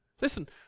Listen